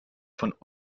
von